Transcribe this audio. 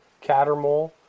Cattermole